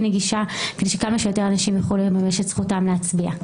נגישה כדי שכמה יותר אנשים יוכלו לממש את זכותם להצביע.